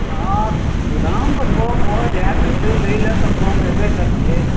हाँ ओ दाम तऽ कम भऽ जायत एबै लय लऽ तऽ कम हेबे करतै